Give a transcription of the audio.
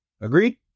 Agreed